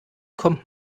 kommt